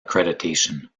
accreditation